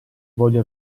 voglio